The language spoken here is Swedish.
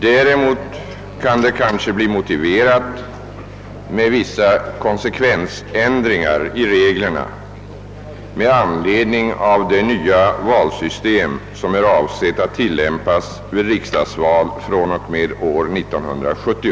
Däremot kan det kanske bli motiverat med vissa konsekvensändringar i reglerna med anledning av det nya valsystem som är avsett att tillämpas vid riksdagsval fr.o.m. år 1970.